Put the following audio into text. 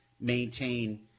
maintain